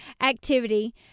activity